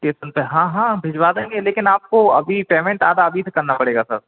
station पर हाँ हाँ भिजवा देंगे लेकिन आपको अभी पेमेंट आधा अभी से करना पड़ेगा सर